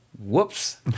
Whoops